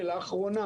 ולאחרונה,